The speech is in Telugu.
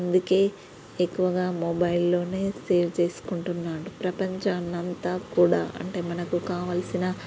అందుకే ఎక్కువగా మొబైల్లోనే సేవ్ చేసుకుంటున్నాడు ప్రపంచాన్ని అంతా కూడా అంటే మనకు కావాల్సిన